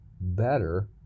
better